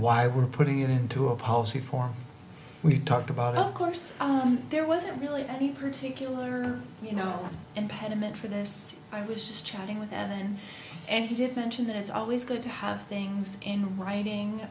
why we're putting it into a policy form we talked about of course there wasn't really any particular you know impediment for this i was just chatting with evan and he did mention that it's always good to have things in writing